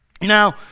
Now